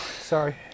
Sorry